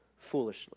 foolishly